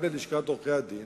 גם בלשכת עורכי-הדין,